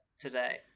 today